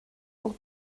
pour